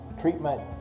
treatment